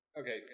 okay